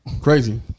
Crazy